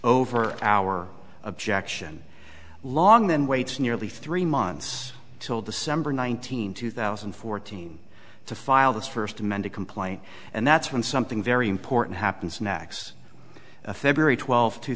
over our objection long then waits nearly three months till december nineteenth two thousand and fourteen to file the first amended complaint and that's when something very important happens next february twelfth two